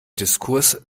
diskurs